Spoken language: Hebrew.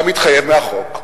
כמתחייב מהחוק,